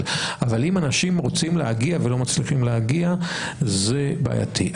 אבל אם אנשים רוצים להגיע ולא מצליחים להגיע זה בעייתי.